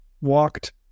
walked